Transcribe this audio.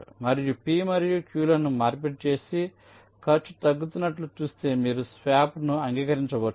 మీరు p మరియు q లను మార్పిడి చేసి ఖర్చు తగ్గుతున్నట్లు చూస్తే మీరు స్వాప్ను అంగీకరించవచ్చు